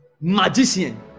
magician